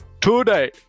Today